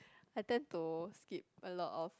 I tend to skip a lot of